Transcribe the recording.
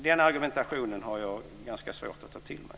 Den argumentationen har jag alltså ganska svårt att ta till mig.